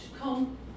come